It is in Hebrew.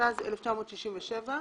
התשכ"ז 1967,""